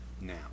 now